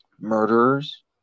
murderers